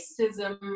racism